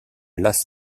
las